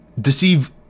deceive